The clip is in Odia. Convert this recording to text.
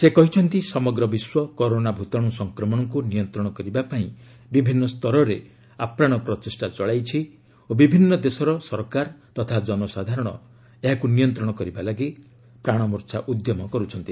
ସେ କହିଛନ୍ତି ସମଗ୍ର ବିଶ୍ୱ କରୋନା ଭୂତାଣୁ ସଂକ୍ରମଣକୁ ନିୟନ୍ତ୍ରଣ କରିବା ପାଇଁ ବିଭିନ୍ନ ସ୍ତରରେ ଆପ୍ରାଣ ପ୍ରଚେଷ୍ଟା ଚଳାଇଛି ଓ ବିଭିନ୍ନ ଦେଶର ସରକାର ତଥା ଜନସାଧାରଣ ଏହାକୁ ନିୟନ୍ତ୍ରଣ କରିବା ଲାଗି ପ୍ରାଣମ୍ରିଚ୍ଛା ଉଦ୍ୟମ କରୁଛନ୍ତି